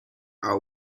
our